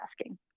asking